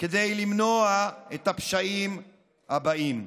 כדי למנוע את הפשעים הבאים.